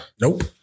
Nope